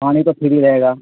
پانی تو فری رہے گا